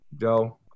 Joe